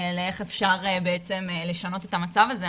לאיך אפשר בעצם לשנות את המצב הזה,